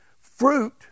Fruit